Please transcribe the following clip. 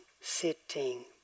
sitting